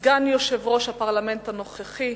סגן יושב-ראש הפרלמנט הנוכחי,